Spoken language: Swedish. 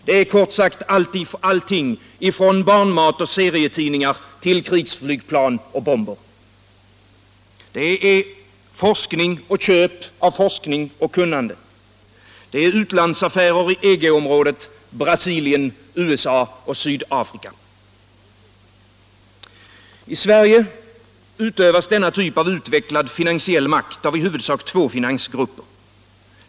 Det är kort sagt allt från barnmat och serietidningar till krigsflygplan och bomber. Det är forskning och köp av forskare och kunnande. Det är utlandsaffärer i EG-området, Brasilien, USA och Sydafrika. I Sverige utövas denna typ av utvecklad finansiell makt av i huvudsak två finansgrupper.